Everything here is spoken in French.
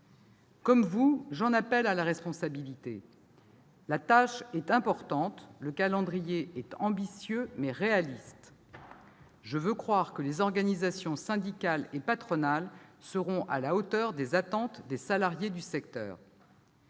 Comme vous, j'en appelle à la responsabilité. La tâche est importante, le calendrier est ambitieux, mais réaliste. Je veux croire que les organisations syndicales et patronales seront à la hauteur des attentes des salariés du secteur.